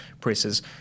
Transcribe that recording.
presses